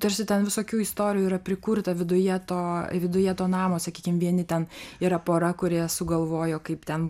tarsi ten visokių istorijų yra prikurta viduje to viduje to namo sakykim vieni ten yra pora kurie sugalvojo kaip ten